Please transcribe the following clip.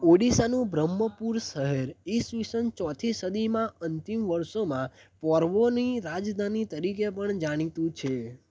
ઓડિશાનું બ્રહ્મપુર શહેર ઈસવીસન ચોથી સદીમાં અંતિમ વર્ષોમાં પૌરવોની રાજધાની તરીકે પણ જાણીતું છે